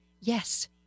Yes